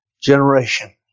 generation